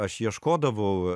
aš ieškodavau